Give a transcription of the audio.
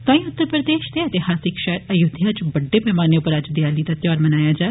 तोआंई उत्तर प्रदेश दे इतेहासिक शैहर आयोध्या च बड्डे पैमाने उप्पर अज्ज देआली दा ध्यार मनाया जाग